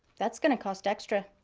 that's gonna cost extra.